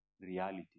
reality